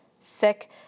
sick